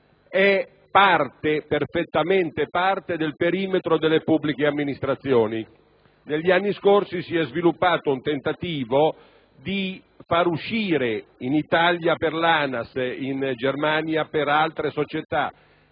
è perfettamente parte del perimetro delle pubbliche amministrazioni. Negli anni scorsi, si è sviluppato un tentativo (in Italia per l'ANAS, in Germania per altre società)